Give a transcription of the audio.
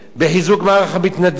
בחיזוק מערך המתנדבים,